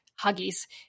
Huggies